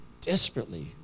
desperately